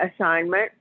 assignment